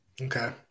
Okay